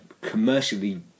commercially